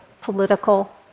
political